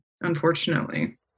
unfortunately